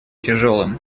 тяжелым